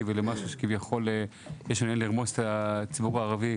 ולמשהו שכביכול יש עניין לרמוס את הציבור הערבי.